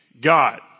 God